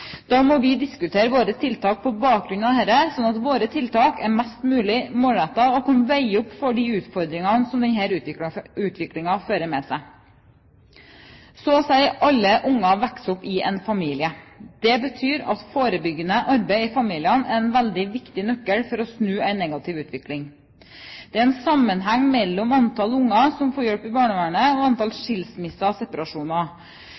Da må vi diskutere våre tiltak på bakgrunn av dette, sånn at våre tiltak er mest mulig målrettede og kan veie opp for de utfordringene som denne utviklingen fører med seg. Så å si alle unger vokser opp i en familie. Det betyr at forebyggende arbeid i familiene er en veldig viktig nøkkel til å snu en negativ utvikling. Det er en sammenheng mellom antall unger som får hjelp av barnevernet, og antall skilsmisser og separasjoner.